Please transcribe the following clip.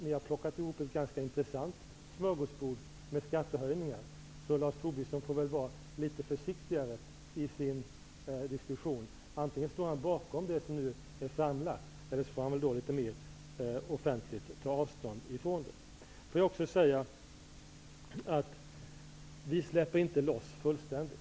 Ni har plockat ihop ett ganska intressant smörgåsbord med skattehöjningar, så Lars Tobisson får väl vara litet försiktigare i diskussionen. Antingen står han bakom det som nu är framlagt eller också får han litet mer offentligt ta avstånd från det. Låt mig också säga att vi släpper inte loss fullständigt.